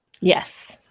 Yes